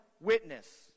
witness